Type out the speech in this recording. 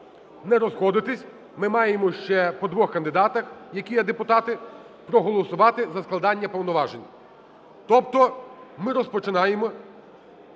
не розходитись, ми маємо ще по двох кандидатах, які є депутати, проголосувати за складання повноважень. Тобто ми розпочинаємо